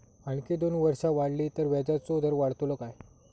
आणखी दोन वर्षा वाढली तर व्याजाचो दर वाढतलो काय?